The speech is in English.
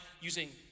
using